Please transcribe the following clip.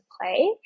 play